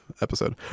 episode